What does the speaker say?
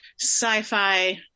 sci-fi